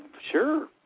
Sure